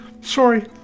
Sorry